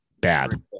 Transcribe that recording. bad